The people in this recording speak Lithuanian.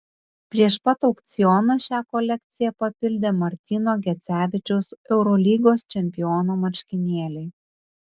prieš pat aukcioną šią kolekciją papildė martyno gecevičiaus eurolygos čempiono marškinėliai